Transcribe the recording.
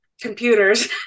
computers